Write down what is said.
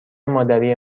مادری